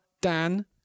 Dan